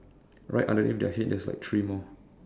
right underneath their head there's like three more